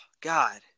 God